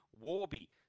Warby